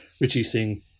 reducing